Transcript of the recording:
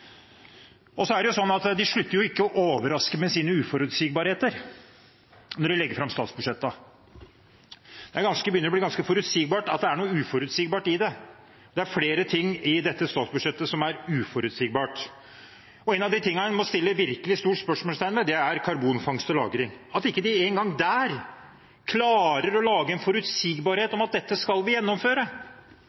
Så er det sånn at de slutter ikke å overraske med sine uforutsigbarheter når de legger fram statsbudsjettene. Det begynner å bli ganske forutsigbart at det er noe uforutsigbart i det. Det er flere ting i dette statsbudsjettet som er uforutsigbart. En av de tingene en må sette et virkelig stort spørsmålstegn ved, er karbonfangst og -lagring, at de ikke engang der klarer å lage en forutsigbarhet om at dette skal vi gjennomføre.